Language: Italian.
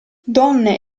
donne